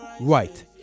right